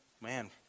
man